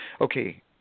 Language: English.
okay